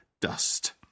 dust